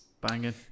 Banging